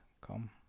Come